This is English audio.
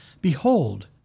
Behold